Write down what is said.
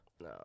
no